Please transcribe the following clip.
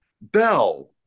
Bell